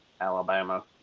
Alabama